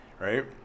Right